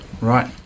Right